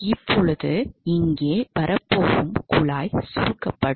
இப்போது இங்கே வரப்போகும் குழாய் சுருக்கப்படும்